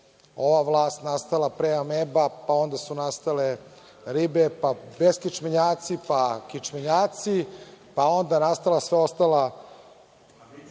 ova vlast nastala pre ameba, pa onda su nastale ribe, pa beskičmenjaci, pa kičmenjaci, pa onda nastala su sva